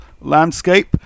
landscape